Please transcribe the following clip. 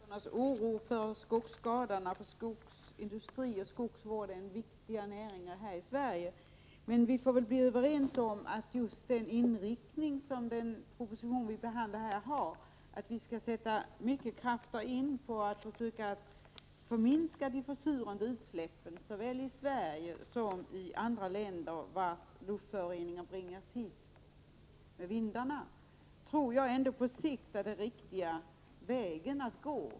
Herr talman! Jag förstår ledamöternas oro för skogsskadorna. Skogsindustrin och skogsvården är ju viktiga verksamheter här i Sverige, men vi får väl bli överens om att den inriktningen hos den proposition vi behandlar — att vi skall sätta in mycket krafter för att försöka minska de försurande utsläppen, såväl i Sverige som i andra länder vilkas luftföroreningar bringas hit med vindarna — på sikt ändå är den riktiga vägen att gå.